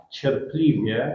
cierpliwie